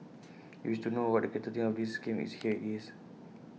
you wish to know what the creator thinks of his game here IT is